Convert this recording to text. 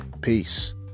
Peace